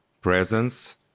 presence